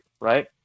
right